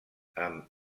amb